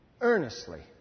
earnestly